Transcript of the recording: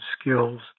skills